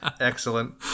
Excellent